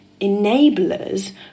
enablers